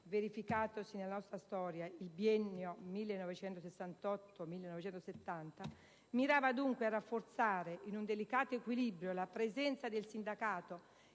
verificatosi nella nostra storia (il biennio 1968-1970), mirava dunque a rafforzare, in un delicato equilibrio, la presenza del sindacato,